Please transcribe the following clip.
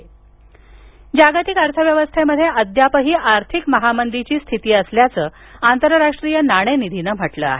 नाणेनिधी जागतिक अर्थव्यवस्थेमध्ये अद्यापही आर्थिक महामंदीची स्थिती असल्याचं आंतरराष्ट्रीय नाणेनिधीनं म्हटलं आहे